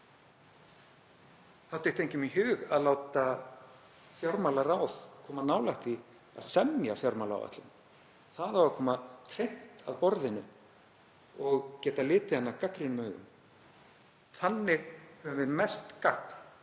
Það dytti engum í hug að láta fjármálaráð koma nálægt því að semja fjármálaáætlun. Það á að koma hreint að borðinu og geta litið hana gagnrýnum augum. Þannig höfum við mest gagn